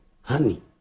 honey